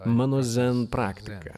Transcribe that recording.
mano zen praktika